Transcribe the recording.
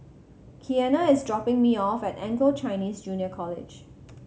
Keanna is dropping me off at Anglo Chinese Junior College